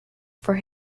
for